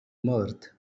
mirth